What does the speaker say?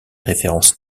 références